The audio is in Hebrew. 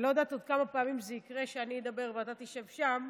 אני לא יודעת עוד כמה פעמים זה יקרה שאני אדבר ואתה תשב שם.